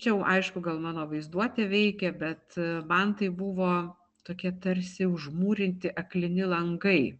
čia jau aišku gal mano vaizduotė veikia bet man tai buvo tokie tarsi užmūryti aklini langai